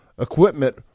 Equipment